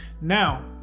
Now